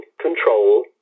control